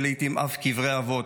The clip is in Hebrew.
ולעיתים אף קברי אבות,